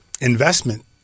investment